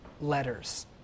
letters